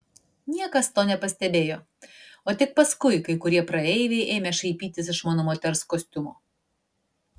niekas to nepastebėjo o tik paskui kai kurie praeiviai ėmė šaipytis iš mano moters kostiumo